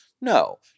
No